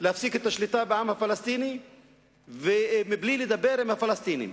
להפסיק את השליטה בעם הפלסטיני בלי לדבר עם הפלסטינים.